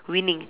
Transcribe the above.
winning